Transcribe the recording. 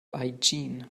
hygiene